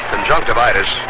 Conjunctivitis